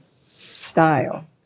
style